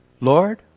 Lord